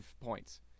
points